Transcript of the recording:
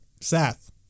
Seth